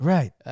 Right